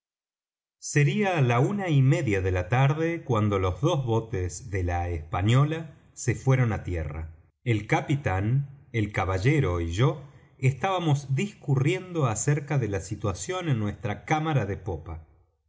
sería la una y media de la tarde cuando los dos botes de la española se fueron á tierra el capitán el caballero y yo estábamos discurriendo acerca de la situación en nuestra cámara de popa